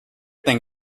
thing